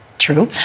true.